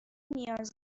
نیاز